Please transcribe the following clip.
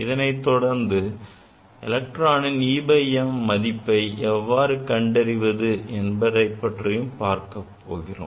இதைத்தொடர்ந்து எலக்ட்ரானின் e by m மதிப்பை எவ்வாறு கண்டறிவது என்பது பற்றிப் பார்க்கப் போகிறோம்